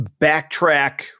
backtrack